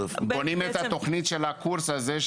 בונים את התוכנית של הקורס הזה,